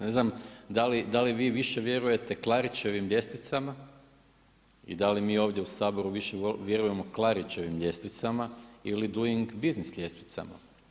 Ne znam da li više vjerujete Klarićevim ljestvicama i da li mi ovdje u Saboru više vjerujemo Klarićevim ljestvicama ili doing business ljestvicama.